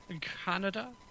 Canada